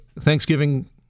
Thanksgiving